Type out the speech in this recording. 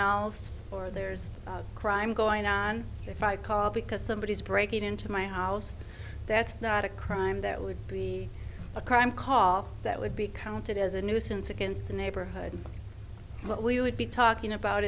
there's a crime going on if i call because somebody is breaking into my house that's not a clue i'm that would be a crime call that would be counted as a nuisance against the neighborhood but we would be talking about